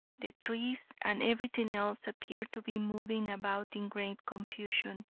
the trees and everything else appeared to be moving about in great confusion.